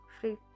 free